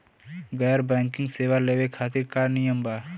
गैर बैंकिंग सेवा लेवे खातिर का नियम बा?